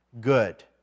good